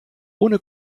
ohne